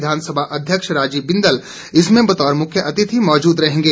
विधानसभा अध्यक्ष राजीव बिंदल इसमें बतौर मुख्य अतिथि मौजूद रहेंगे